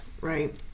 right